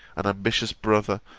an ambitious brother,